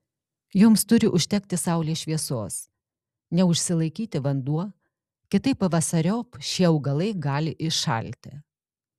joms turi užtekti saulės šviesos neužsilaikyti vanduo kitaip pavasariop šie augalai gali iššalti